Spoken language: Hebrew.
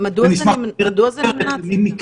מדוע זה נמנע, צביקה?